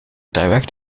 direct